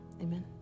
Amen